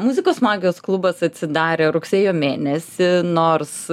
muzikos magijos klubas atsidarė rugsėjo mėnesį nors